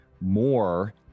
more